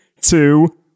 two